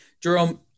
Jerome